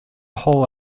whole